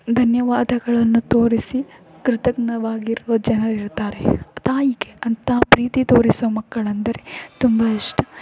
ಧನ್ಯವಾದಗಳನ್ನು ತೋರಿಸಿ ಕೃತಜ್ಞವಾಗಿರುವ ಜನರಿರ್ತಾರೆ ತಾಯಿಗೆ ಅಂಥ ಪ್ರೀತಿ ತೋರಿಸುವ ಮಕ್ಕಳೆಂದರೆ ತುಂಬ ಇಷ್ಟ